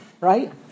right